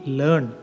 learn